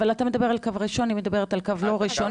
אבל אתה מדבר על קו ראשון והיא מדברת על קו לא ראשון,